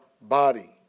body